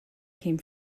came